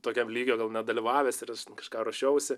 tokiam lygio gal nedalyvavęs ir kažką ruošiausi